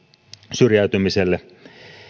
syrjäytymiselle